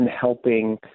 helping